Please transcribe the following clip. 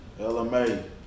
LMA